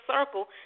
circle